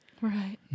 Right